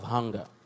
Hunger